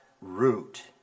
root